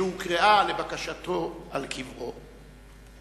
שהוקראה, לבקשתו, על קברו: